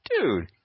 dude